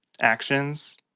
actions